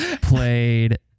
played